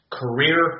career